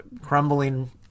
crumbling